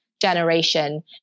generation